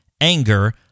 anger